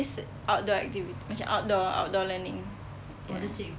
it's outdoor activity macam outdoor outdoor learning ya